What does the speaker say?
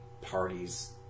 parties